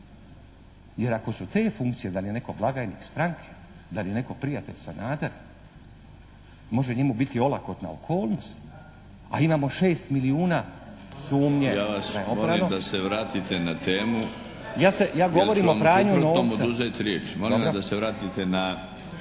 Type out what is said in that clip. jer ako su te funkcije da li je netko blagajnik stranke, da li je netko prijatelj Sanader može njemu biti olakotna okolnost, a imamo 6 milijuna sumnje. **Milinović, Darko (HDZ)** Ja vas molim da se vratite na temu jer ću vam u suprotnom oduzeti riječ. Molim vas da se vratite na